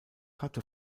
hatte